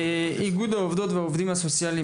איגוד העובדות והעובדים הסוציאליים,